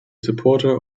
supporter